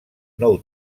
nou